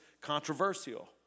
controversial